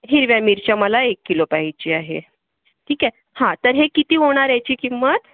हिरव्या मिरच्या मला एक किलो पाहिजे आहे ठीक आहे हा तर हे किती होणार याची किंमत